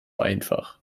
einfach